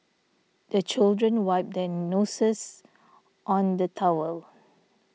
the children wipe their noses on the towel